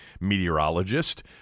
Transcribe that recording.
meteorologist